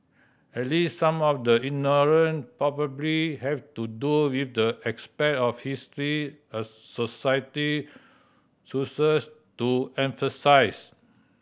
at least some of the ignorant probably have to do with the aspect of history a society chooses to emphasise